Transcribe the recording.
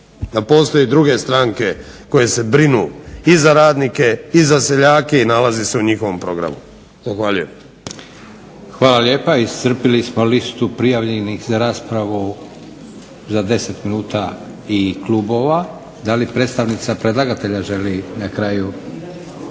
da postoje druge stranke koje se brinu i za radnike i za seljake i nalazi se u njihovom programu. Zahvaljujem. **Leko, Josip (SDP)** Hvala lijepa. Iscrpili smo listu prijavljenih za raspravu za 10 minuta i klubova. Da li predstavnica predlagatelja želi na kraju?